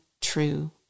true